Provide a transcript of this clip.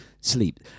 sleep